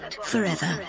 forever